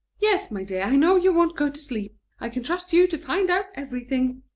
yes, my dear, i know you won't go to sleep. i can trust you to find out everything.